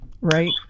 right